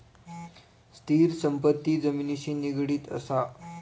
स्थिर संपत्ती जमिनिशी निगडीत असा